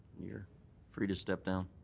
you're free to step down.